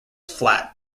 flat